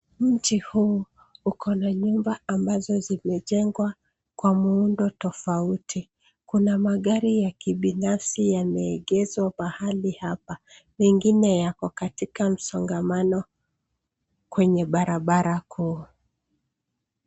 Mji huu ukona nyumba ambazo zimejengwa kwa muundo tofauti. Kuna magari ya kibinafsi yameegezwa mahali hapa. Mengine yako katika msongamano kwenye barabara kuu.